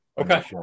Okay